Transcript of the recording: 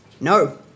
No